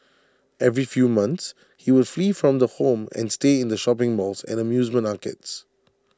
every few months he would flee from the home and stay in shopping malls and amusement arcades